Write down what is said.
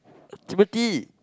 Timothy